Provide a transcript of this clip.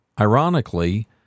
ironically